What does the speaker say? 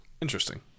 Interesting